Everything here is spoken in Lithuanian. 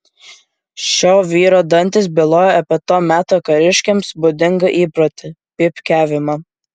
šio vyro dantys byloja apie to meto kariškiams būdingą įprotį pypkiavimą